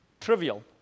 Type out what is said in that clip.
trivial